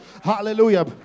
Hallelujah